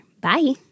Bye